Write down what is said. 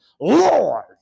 Lord